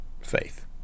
faith